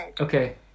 Okay